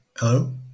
Hello